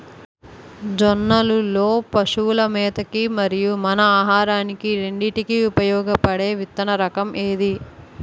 జొన్నలు లో పశువుల మేత కి మరియు మన ఆహారానికి రెండింటికి ఉపయోగపడే విత్తన రకం ఏది?